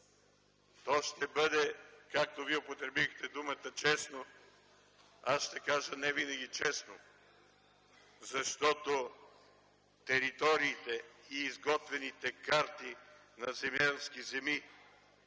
То ще бъде, както вие употребихте думата – честно, аз ще кажа – не винаги честно, защото териториите и изготвените карти на земеделски земи,